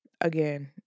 again